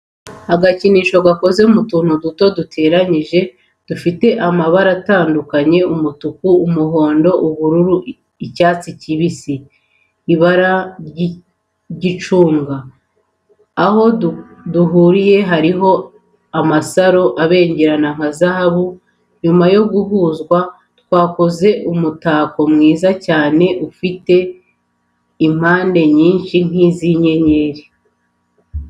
Agakinisho gakoze mu tuntu duto duteranyije dufite amabara atandukanye umutuku, umuhondo, ubururu, icyatsi kibisi, ibarara ry'icunga. Aho duhuriye harimo amasaro abengerana nka zahabu, nyuma yo guhuzwa twakoze umutako mwiza cyane ufite impande nyinshi nk'izi' inyenyeri.